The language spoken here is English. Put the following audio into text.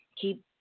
keep